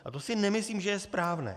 A to si nemyslím, že je správné.